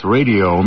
Radio